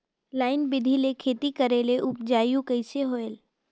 Line बिधी ले खेती करेले उपजाऊ कइसे होयल?